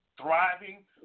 thriving